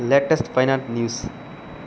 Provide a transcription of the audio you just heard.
latest finance news